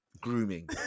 Grooming